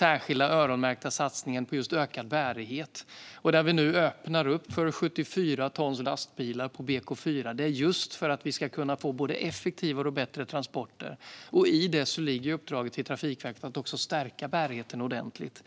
Vi gör också en öronmärkt satsning på just ökad bärighet. Vi öppnar upp för 74-tonslastbilar på BK4 för att få effektivare och bättre transporter, och i detta ligger uppdraget till Trafikverket att stärka bärigheten ordentligt.